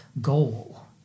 goal